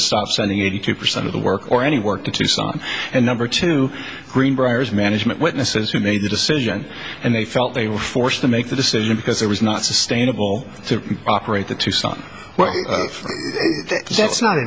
to stop sending eighty two percent of the work or any work to tucson and number two greenbrier management witnesses who made the decision and they felt they were forced to make the decision because it was not sustainable to operate the tucson well that's not